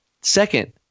Second